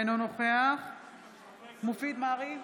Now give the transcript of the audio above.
אינו נוכח מופיד מרעי,